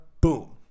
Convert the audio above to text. Boom